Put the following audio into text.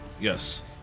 Yes